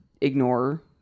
ignore